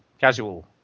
Casual